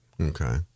Okay